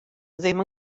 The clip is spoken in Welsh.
ddim